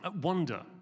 wonder